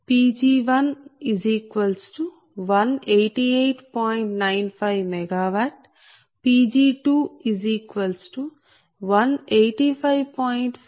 58 MW మరియు Ploss4